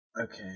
Okay